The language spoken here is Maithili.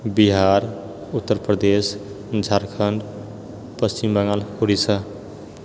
बिहार उत्तर प्रदेश झारखण्ड पश्चिम बंगाल उड़ीसा